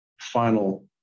final